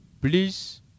Please